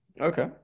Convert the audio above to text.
Okay